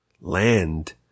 Land